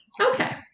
Okay